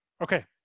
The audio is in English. Okay